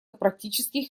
практических